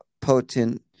potent